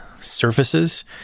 surfaces